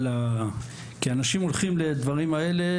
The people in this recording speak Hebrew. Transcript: כי אנשים הולכים לדברים האלה,